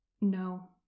No